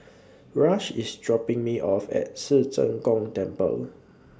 Rush IS dropping Me off At Ci Zheng Gong Temple